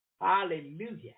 Hallelujah